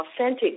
authentic